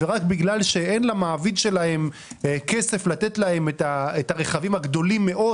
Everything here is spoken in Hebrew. ורק בגלל שאין למעביד שלהם כסף לתת להם את הרכבים הגדולים מאוד